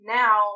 now